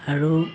আৰু